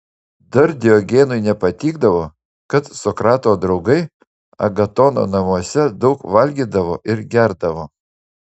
dar diogenui nepatikdavo kad sokrato draugai agatono namuose daug valgydavo ir gerdavo